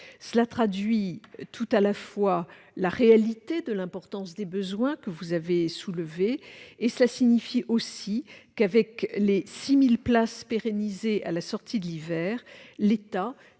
cela traduit la réalité de l'importance des besoins, que vous avez soulignée, mais cela signifie aussi qu'avec les 6 000 places pérennisées à la sortie de l'hiver, l'État